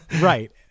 Right